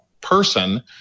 person